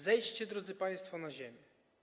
Zejdźcie, drodzy państwo, na ziemię.